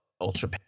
ultra